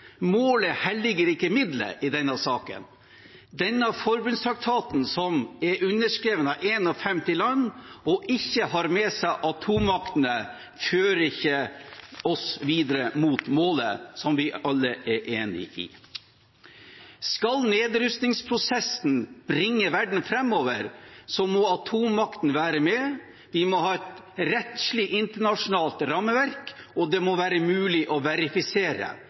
målet helliger ikke midlet i denne saken. Denne forbudstraktaten, som er underskrevet av 51 land, og ikke har med seg atommaktene, fører oss ikke videre mot målet, som vi alle er enig i. Skal nedrustningsprosessen bringe verden framover, må atommaktene være med, vi må ha et rettslig internasjonalt rammeverk, og det må være mulig å verifisere,